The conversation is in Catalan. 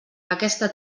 aquesta